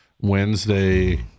Wednesday